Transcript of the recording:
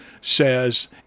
says